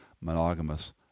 monogamous